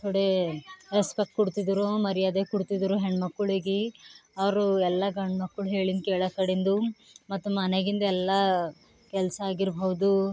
ಥೋಡೆ ರೆಸ್ಪೆಕ್ಟ್ ಕೊಡುತ್ತಿದ್ದರು ಮರ್ಯಾದೆ ಕೊಡುತ್ತಿದ್ದರು ಹೆಣ್ಮಕ್ಕಳಿಗೆ ಅವರು ಎಲ್ಲ ಗಂಡ್ಮಕ್ಕಳು ಹೇಳಿನ ಕೇಳೋ ಕಡಿಂದು ಮತ್ತ ಮನೆಗಿಂದೆಲ್ಲ ಕೆಲಸ ಆಗಿರ್ಬೌದು